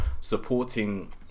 supporting